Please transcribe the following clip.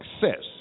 success